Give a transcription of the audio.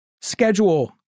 schedule